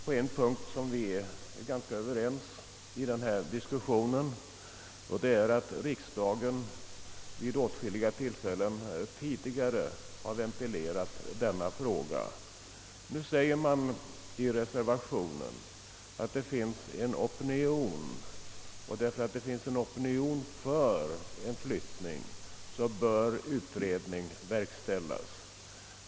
På en punkt är vi ganska överens i denna diskussion, nämligen att riksdagen vid åtskilliga tillfällen tidigare har ventilerat frågan. Nu säger man i reservationen att det finns en opinion för flyttning av LKAB:s huvudkontor, och att en utredning därför bör verkställas.